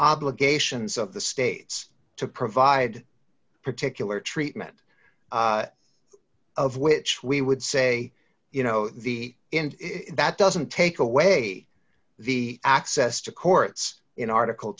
obligations of the states to provide particular treatment of which we would say you know the end that doesn't take away the access to courts in article